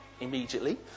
immediately